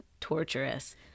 torturous